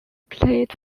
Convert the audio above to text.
played